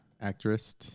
actress